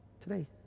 today